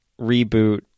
reboot